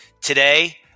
Today